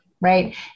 right